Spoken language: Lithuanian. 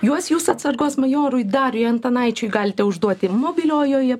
juos jūs atsargos majorui dariui antanaičiui galite užduoti mobiliojoje